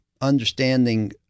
understanding